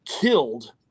Killed